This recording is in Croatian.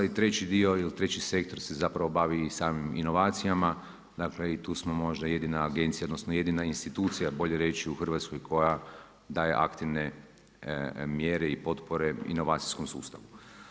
I treći dio ili treći sektor se zapravo bavi samim inovacijama, dakle i tu smo možda jedina agencija, odnosno, jedina institucija, bolje reći u Hrvatskoj koja daje aktivne mjere i potpore inovacijskom sustavu.